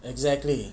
exactly